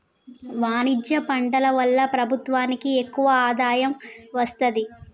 వాణిజ్య పంటల వల్ల ప్రభుత్వానికి ఎక్కువ ఆదాయం వస్తది